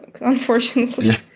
unfortunately